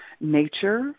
nature